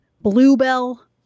Bluebell